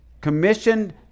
commissioned